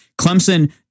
Clemson